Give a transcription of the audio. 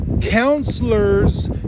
counselors